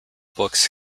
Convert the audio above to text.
books